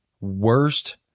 Worst